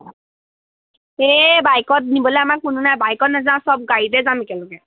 এই বাইকত নিবলৈ আমাক কোনো নাই বাইকত নেযাওঁ চব গাড়ীতে যাম একেলগে